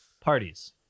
parties